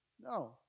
No